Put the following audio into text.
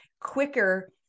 quicker